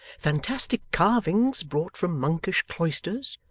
fantastic carvings brought from monkish cloisters,